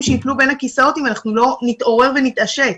שייפלו בין הכיסאות אם אנחנו לא נתעורר ונתעשת.